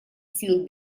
сил